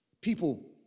People